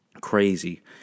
crazy